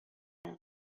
دکتر